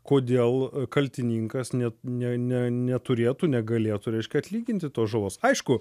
kodėl kaltininkas ne ne ne neturėtų negalėtų reiškia atlyginti tos žalos aišku